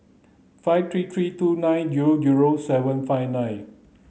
five three three two nine zero zero seven five nine